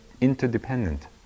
interdependent